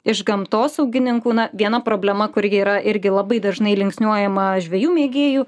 iš gamtosaugininkų na viena problema kuri yra irgi labai dažnai linksniuojama žvejų mėgėjų